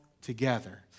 together